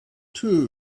too